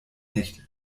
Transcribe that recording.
nicht